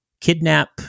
kidnap